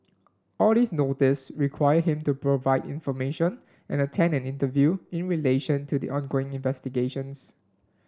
all these Notices require him to provide information and attend an interview in relation to the ongoing investigations